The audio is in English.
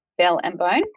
bellandbone